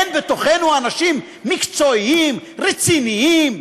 אין בתוכנו אנשים מקצועיים, רציניים,